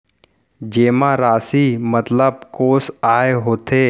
जेमा राशि मतलब कोस आय होथे?